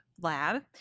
lab